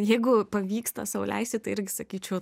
jeigu pavyksta sau leisti tai irgi sakyčiau